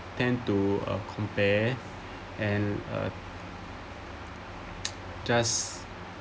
tend to compare and uh just